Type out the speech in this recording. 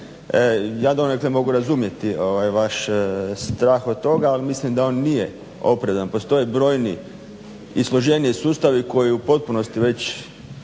Ja donekle mogu razumjeti vaš strah od toga, ali mislim da on nije opravdan. Postoje brojni i složeniji sustavi koji u potpunosti već